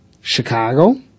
Chicago